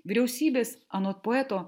vyriausybės anot poeto